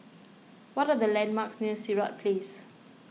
what are the landmarks near Sirat Place